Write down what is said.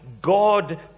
God